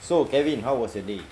so kevin how was your day